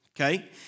okay